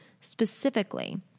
specifically